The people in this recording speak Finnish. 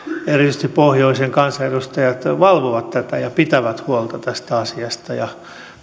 erityisesti pohjoisen kansanedustajat valvovat tätä ja pitävät huolta tästä asiasta ja